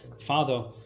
Father